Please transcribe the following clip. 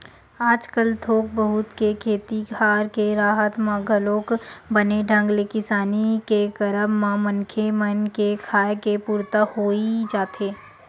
आजकल थोक बहुत के खेती खार के राहत म घलोक बने ढंग ले किसानी के करब म मनखे मन के खाय के पुरता होई जाथे